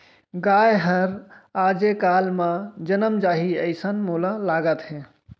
गाय हर आजे काल म जनम जाही, अइसन मोला लागत हे